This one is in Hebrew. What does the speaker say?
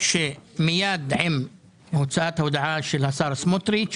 שמייד עם הוצאת ההודעה של השר סמוטריץ',